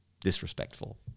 disrespectful